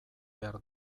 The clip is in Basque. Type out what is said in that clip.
behar